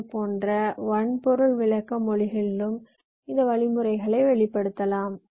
L போன்ற வன்பொருள் விளக்க மொழிகளிலும் இந்த வழிமுறைகளை வெளிப்படுத்தலாம்